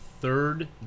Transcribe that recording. third